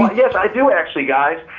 yes, i do, actually, guys.